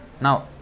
Now